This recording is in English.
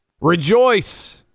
Rejoice